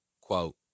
Quote